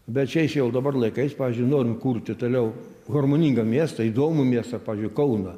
bet šiais jau dabar laikais pavyzdžiui norint kurti toliau harmoningą miestą įdomų miestą pavyzdžiui kauną